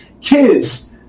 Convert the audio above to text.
kids